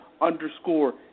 underscore